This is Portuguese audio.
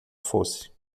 fosse